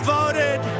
voted